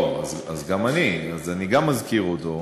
לא, אז גם אני, אז אני גם אזכיר אותו,